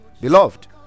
Beloved